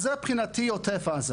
אז זה מבחינתי עוטף עזה,